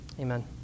Amen